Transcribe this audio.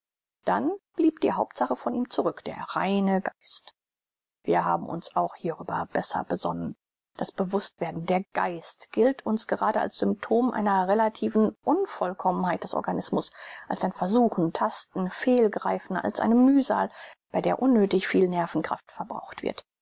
dann blieb die hauptsache von ihm zurück der reine geist wir haben uns auch hierüber besser besonnen das bewußtwerden der geist gilt uns gerade als symptom einer relativen unvollkommenheit des organismus als ein versuchen tasten fehlgreifen als eine mühsal bei der unnöthig viel nervenkraft verbraucht wird